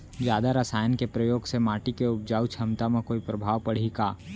जादा रसायन के प्रयोग से माटी के उपजाऊ क्षमता म कोई प्रभाव पड़ही का?